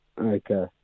Okay